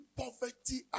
poverty